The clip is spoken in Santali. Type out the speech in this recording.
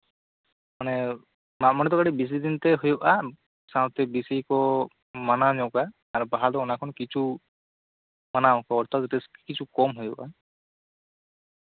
ᱢᱟᱱᱮ ᱢᱟᱜ ᱢᱚᱬᱮ ᱫᱚ ᱵᱮᱥᱤ ᱫᱤᱱᱛᱮ ᱦᱩᱭᱩᱜᱼᱟ ᱥᱟᱶᱛᱮ ᱵᱮᱥᱤ ᱠᱚ ᱢᱟᱱᱟᱣ ᱧᱚᱜᱼᱟ ᱟᱨ ᱵᱟᱦᱟ ᱫᱚ ᱚᱱᱟ ᱠᱷᱚᱱ ᱠᱤᱪᱷᱩ ᱠᱚᱢ ᱦᱩᱭᱩᱜᱼᱟ